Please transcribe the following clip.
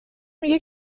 میگه